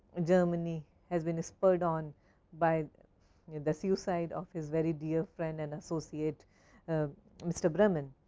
germany has been whispered on by the suicide of his very dear friend and associate mr. bremann.